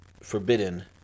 forbidden